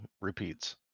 repeats